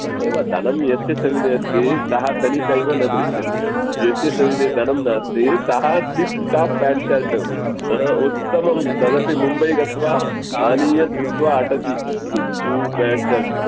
तदेव धनं यस्य सविधे अस्ति सः धनिकः इव न दृश्यते यस्य सविधे धनं नास्ति सः टिप् टाप् पेण्ट् शर्ट् हा उत्तमं तदपि मुम्बै गत्वा आनीय धृत्वा अटति शू पेण्ट् शर्ट्